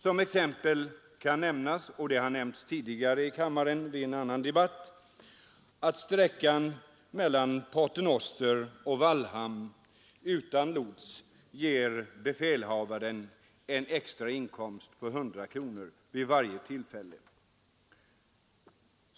Som exempel på det kan nämnas — och det har nämnts tidigare i kammaren i en annan debatt — att sträckan mellan Pater Noster och Vallhamn utan lots ger befälhavaren en extra inkomst på 100 kronor vid varje tillfälle.